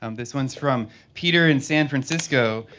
um this one's from peter in san francisco.